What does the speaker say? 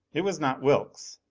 it was not wilks,